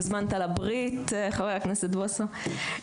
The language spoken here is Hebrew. הוזמנת לברית, חבר הכנסת בוסו.